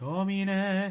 Domine